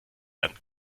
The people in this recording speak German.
werden